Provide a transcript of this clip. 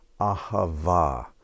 Ahava